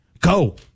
go